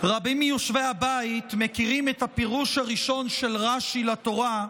רבים מיושבי הבית מכירים את הפירוש הראשון של רש"י לתורה,